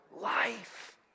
life